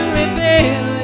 reveal